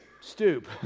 stoop